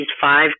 five